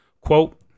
Quote